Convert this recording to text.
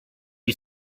you